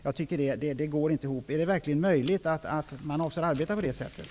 Jag tycker inte att det resonemanget går ihop. Är det verkligen möjligt att man avser att arbeta på det sättet?